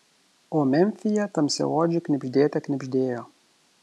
o memfyje tamsiaodžių knibždėte knibždėjo